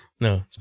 No